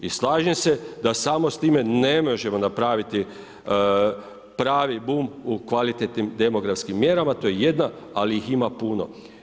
I slažem se da samo s time ne možemo napraviti pravi bum u kvalitetnim demografskim mjerama, to je jedna, ali ih ima puno.